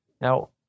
Now